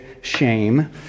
shame